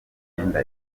myenda